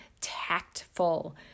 tactful